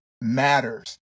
matters